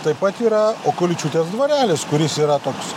taip pat yra okuličiūtės dvarelis kuris yra toks